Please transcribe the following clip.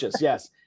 Yes